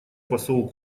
посол